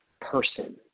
person